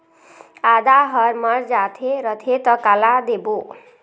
आदा हर मर जाथे रथे त काला देबो?